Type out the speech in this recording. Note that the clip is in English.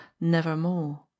nevermore